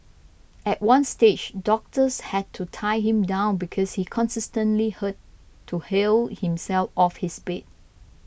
at one stage doctors had to tie him down because he constantly her to hurl himself off his bed